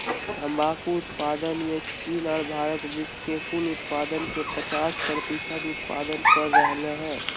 तंबाकू उत्पादन मे चीन आर भारत विश्व के कुल उत्पादन के पचास प्रतिशत उत्पादन कर रहल हई